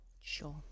Sure